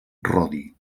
rodi